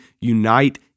unite